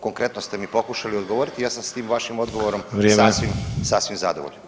Konkretno ste mi pokušali odgovoriti, ja sam s tim vašim odgovorom sasvim, [[Upadica: Vrijeme.]] sasvim zadovoljan.